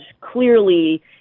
clearly